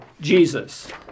Jesus